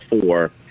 Four